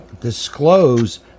disclose